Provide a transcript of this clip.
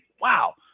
wow